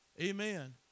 Amen